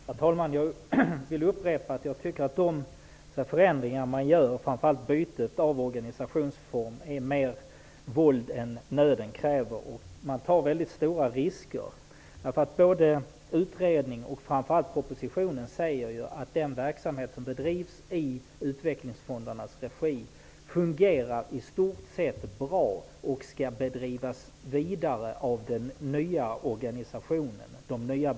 Herr talman! Jag vill upprepa att jag tycker att de förändringar man gör, framför allt bytet av organisationsform, är mer våld än nöden kräver. Man tar mycket stora risker. Både utredningen och framför allt propositionen säger att den verksamhet som bedrivs i utvecklingsfondernas regi fungerar i stort sett bra och skall drivas vidare av de nya bolagen.